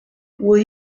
will